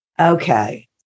Okay